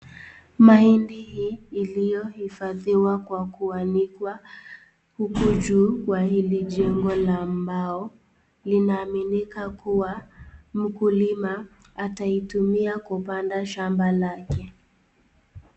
Mahindi hii iliyo hifadhiwa Kwa kuanikwa huku juu Kwa hili jengo la mbao linaaminika kua mkulima ataitumia kupanda shamba lake.